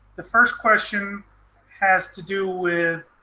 the first question has to do with,